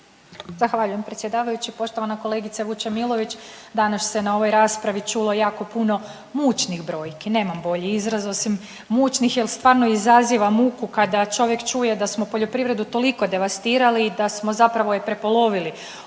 Zahvaljujem predsjedavajući. Poštovana kolegice Vučemilović. Danas se na ovoj raspravi čulo jako puno mučnih brojki, nemam bolji izraz osim mučnih jer stvarno izaziva muku kada čovjek čuje da smo poljoprivredu toliko devastirali da smo je zapravo prepolovili